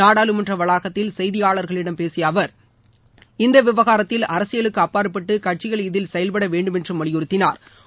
நாடாளுமன்ற வளாகத்தில் செய்தியாளர்களிடம் பேசிய அவர் இந்த விவகாரத்தில் அரசியலுக்கு அப்பாற்பட்டு கட்சிகள் இதில் செயல்பட வேண்டுமென்றும் வலியுறுத்தினாா